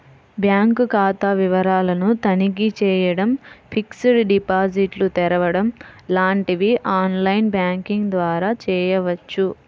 bank ఖాతా వివరాలను తనిఖీ చేయడం, ఫిక్స్డ్ డిపాజిట్లు తెరవడం లాంటివి ఆన్ లైన్ బ్యాంకింగ్ ద్వారా చేయవచ్చు